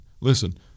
listen